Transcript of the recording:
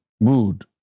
mood